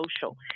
social